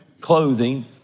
clothing